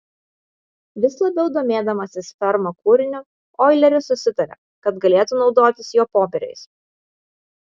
vis labiau domėdamasis ferma kūriniu oileris susitarė kad galėtų naudotis jo popieriais